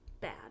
Bad